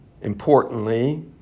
importantly